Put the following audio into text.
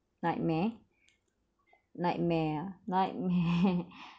nightmare nightmare ah nightmare